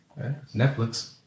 Netflix